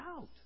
out